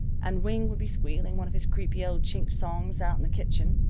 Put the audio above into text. and wing would be squealing one of his creepy old chink songs out in the kitchen,